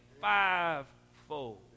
fivefold